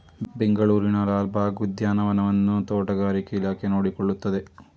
ಬೆಂಗಳೂರಿನ ಲಾಲ್ ಬಾಗ್ ಉದ್ಯಾನವನವನ್ನು ತೋಟಗಾರಿಕೆ ಇಲಾಖೆ ನೋಡಿಕೊಳ್ಳುತ್ತದೆ